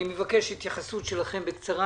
אני מבקש התייחסות שלכם בקצרה,